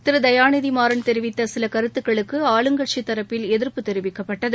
திருதயாநிதிமாறன் தெரிவித்தசிலகருத்துக்களுக்கு ஆளுங்கட்சிதரப்பில் எதிர்ப்பு தெரிவிக்கப்பட்டது